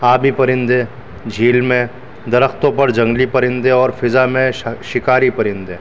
آبی پرندے جھیل میں درختوں پر جنگلی پرندے اور فضا میں شکاری پرندے